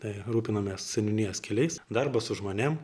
tai rūpinamės seniūnijos keliais darbas su žmonėm